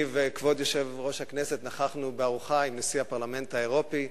אני וכבוד יושב-ראש הכנסת נכחנו בארוחה עם נשיא הפרלמנט האירופי,